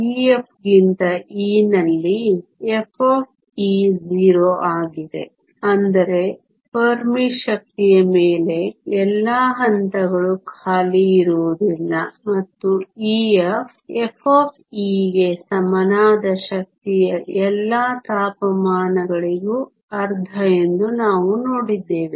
Ef ಗಿಂತ E ನಲ್ಲಿ f 0 ಆಗಿದೆ ಅಂದರೆ ಫೆರ್ಮಿ ಶಕ್ತಿಯ ಮೇಲೆ ಎಲ್ಲಾ ಹಂತಗಳು ಖಾಲಿ ಇರುವುದಿಲ್ಲ ಮತ್ತು EF f ಗೆ ಸಮನಾದ ಶಕ್ತಿಯ ಎಲ್ಲಾ ತಾಪಮಾನಗಳಿಗೂ ಅರ್ಧ ಎಂದು ನಾವು ನೋಡಿದ್ದೇವೆ